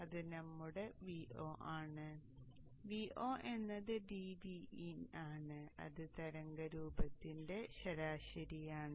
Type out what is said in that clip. അത് നമ്മുടെ Vo ആണ് Vo എന്നത് dVin ആണ് അത് തരംഗരൂപത്തിന്റെ ശരാശരിയാണ്